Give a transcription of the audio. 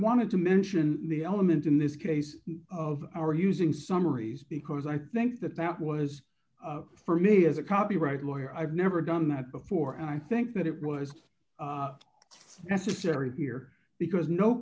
wanted to mention the elements in this case of our using summaries because i think that that was for me as a copyright lawyer i've never done that before and i think that it was necessary here because no